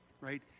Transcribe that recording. right